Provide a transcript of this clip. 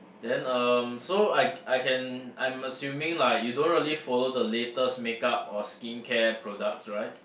then um so I I can I'm assuming like you don't really follow the latest make-up or skincare products right